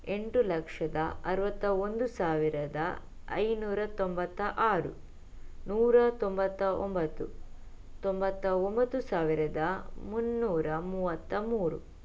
ಎಂಟು ಲಕ್ಷದ ಅರುವತ್ತ ಒಂದು ಸಾವಿರದ ಐನೂರ ತೊಂಬತ್ತ ಆರು ನೂರ ತೊಂಬತ್ತ ಒಂಬತ್ತು ತೊಂಬತ್ತ ಒಂಬತ್ತು ಸಾವಿರದ ಮುನ್ನೂರ ಮೂವತ್ತ ಮೂರು